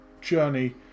journey